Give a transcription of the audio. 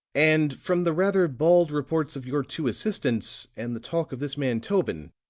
and from the rather bald reports of your two assistants, and the talk of this man, tobin,